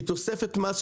היא תוספת מס.